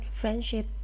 Friendship